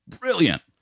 brilliant